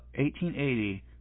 1880